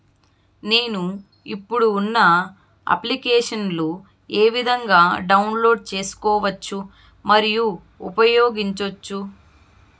నేను, ఇప్పుడు ఉన్న అప్లికేషన్లు ఏ విధంగా డౌన్లోడ్ సేసుకోవచ్చు మరియు ఉపయోగించొచ్చు?